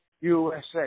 USA